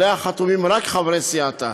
שעליה חתומים רק חברי סיעתה,